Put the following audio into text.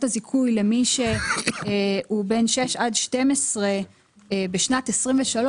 הזיכוי למי שהוא בן 6 עד 12 בשנת 2023,